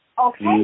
Okay